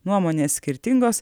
nuomonės skirtingos